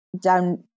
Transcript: down